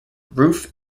roof